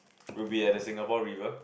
will be at the Singapore River